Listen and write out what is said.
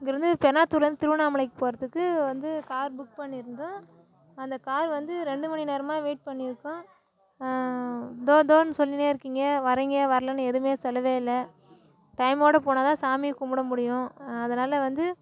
இங்கேருந்து பெனாத்தூர்லேந்து திருவண்ணாமலைக்கு போகிறதுக்கு வந்து கார் புக் பண்ணி இருந்தோம் அந்த கார் வந்து ரெண்டு மணி நேரமாக வெய்ட் பண்ணிருக்கோம் தோ தோன்னு சொல்லினே இருக்கீங்க வரீங்க வரலன்னு எதுவுமே சொல்லவே இல்லை டைமோட போனால் தான் சாமியை கும்பிட முடியும் அதனால் வந்து